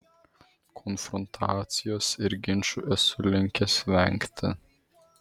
konfrontacijos ir ginčų esu linkęs vengti